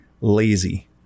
lazy